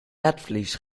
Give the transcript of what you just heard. netvlies